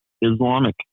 Islamic